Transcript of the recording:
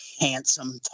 handsome